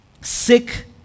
Sick